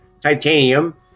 titanium